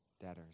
debtors